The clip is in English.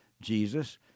Jesus